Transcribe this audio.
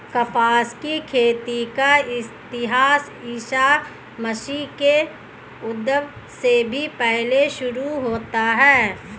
कपास की खेती का इतिहास ईसा मसीह के उद्भव से भी पहले शुरू होता है